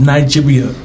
Nigeria